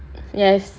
yes